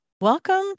Welcome